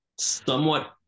somewhat